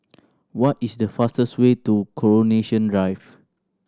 what is the fastest way to Coronation Drive